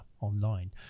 online